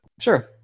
Sure